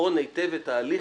לבחון היטב את ההליך